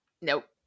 Nope